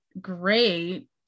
great